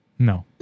No